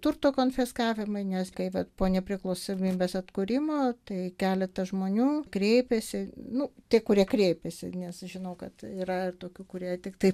turto konfiskavimai nes kai vat po nepriklausomybės atkūrimo tai keletą žmonių kreipėsi nu tie kurie kreipėsi nes žinau kad yra ir tokių kurie tiktai